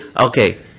Okay